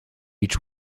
each